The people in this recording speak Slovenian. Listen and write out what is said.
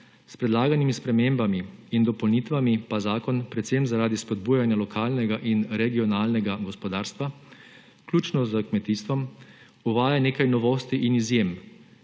S predlaganimi spremembami in dopolnitvami pa zakon predvsem zaradi spodbujanja lokalnega in regionalnega gospodarstva, vključno s kmetijstvom, uvaja nekaj novosti in izjem,